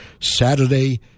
Saturday